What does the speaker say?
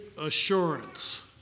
assurance